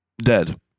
Dead